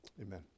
Amen